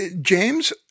James